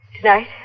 Tonight